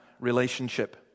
relationship